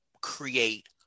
create